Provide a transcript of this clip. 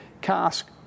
cask